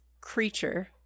creature